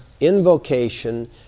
invocation